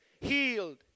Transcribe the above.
healed